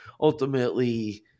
ultimately